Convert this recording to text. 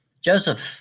Joseph